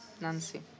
Nancy